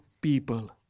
people